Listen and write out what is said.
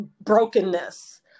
brokenness